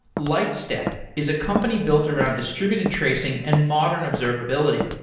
lightstep is a company built around distributed tracing and modern observability.